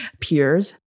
peers